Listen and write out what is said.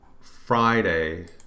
Friday